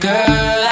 Girl